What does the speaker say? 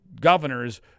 governors